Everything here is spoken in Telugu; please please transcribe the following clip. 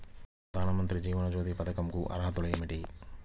ప్రధాన మంత్రి జీవన జ్యోతి పథకంకు అర్హతలు ఏమిటి?